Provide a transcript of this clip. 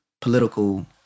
political